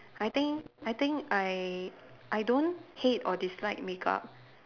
I think I think I I don't hate or dislike makeup